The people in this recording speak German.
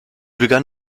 begann